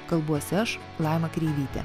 kalbuosi aš laima kreivytė